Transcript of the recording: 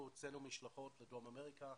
משלחות לדרום אמריקה,